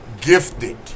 gifted